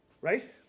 Right